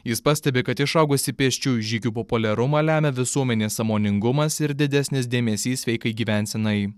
jis pastebi kad išaugusį pėsčiųjų žygių populiarumą lemia visuomenės sąmoningumas ir didesnis dėmesys sveikai gyvensenai